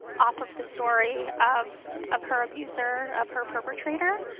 off of the story of of her abuser, of her perpetrator